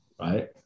right